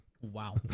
Wow